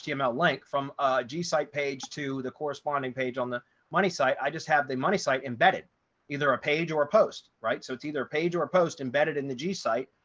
ah link from a g site page to the corresponding page on the money site, i just have the money site embedded either a page or a post, right? so it's either page or post embedded in the g site.